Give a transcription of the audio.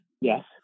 yes